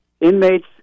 inmates